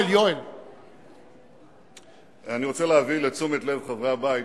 אני רוצה להביא לתשומת לב חברי הבית